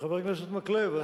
חבר הכנסת מקלב,